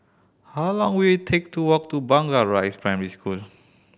how long will it take to walk to Blangah Rise Primary School